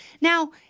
Now